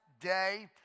day